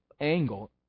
angle